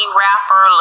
rapper